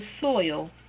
soil